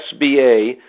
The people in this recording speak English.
SBA